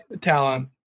talent